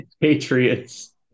Patriots